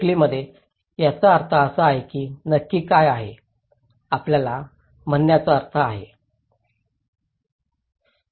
Italy मध्ये याचा अर्थ असा आहे की नक्की काय आहे आपल्या म्हणण्याचा अर्थ आहे